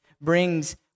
brings